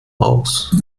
aus